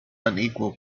unequal